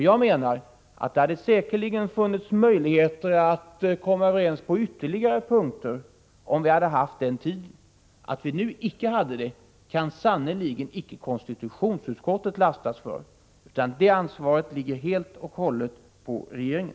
Jag menar att det säkerligen hade funnits möjligheter att komma överens på ytterligare punkter, om vi hade haft tid för detta. Att vi nu icke hade det kan sannerligen icke konstitutionsutskottet lastas för, utan ansvaret härför ligger helt och hållet på regeringen.